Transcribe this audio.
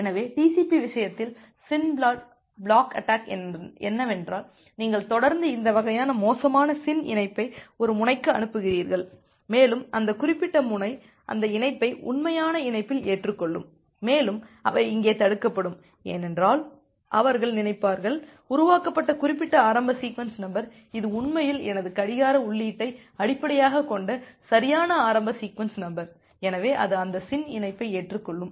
எனவே TCP விஷயத்தில் SYN flood attack என்னவென்றால் நீங்கள் தொடர்ந்து இந்த வகையான மோசமான SYN இணைப்பை ஒரு முனைக்கு அனுப்புகிறீர்கள் மேலும் அந்த குறிப்பிட்ட முனை அந்த இணைப்பை உண்மையான இணைப்பில் ஏற்றுக் கொள்ளும் மேலும் அவை இங்கே தடுக்கப்படும் ஏனென்றால் அவர்கள் நினைப்பார்கள் உருவாக்கப்பட்ட குறிப்பிட்ட ஆரம்ப சீக்வென்ஸ் நம்பர் இது உண்மையில் எனது கடிகார உள்ளீட்டை அடிப்படையாகக் கொண்ட சரியான ஆரம்ப சீக்வென்ஸ் நம்பர் எனவே அது அந்த SYN இணைப்பை ஏற்றுக் கொள்ளும்